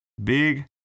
Big